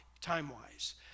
time-wise